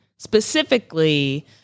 specifically